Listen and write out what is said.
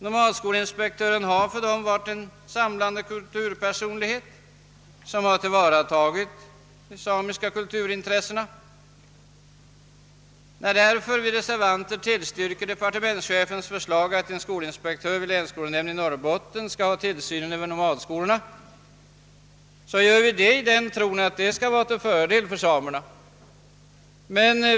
Nomadskolinspektören har för dem varit en samlande kulturpersonlighet, som har tillvaratagit de samiska kulturintressena. När vi reservanter tillstyrker departementschefens förslag att en skolinspektör vid länsskolnämnden i Norrbotten skall ha tillsynen över nomadskolorna gör vi det därför i den tron att detta skall vara till fördel för samerna.